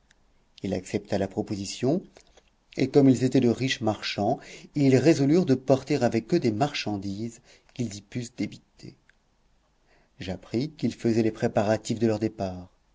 il accepta la proposition et comme ils étaient de riches marchands ils résolurent de porter avec eux des marchandises qu'ils y pussent débiter j'appris qu'ils faisaient les préparatifs de leur départ